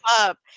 up